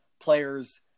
players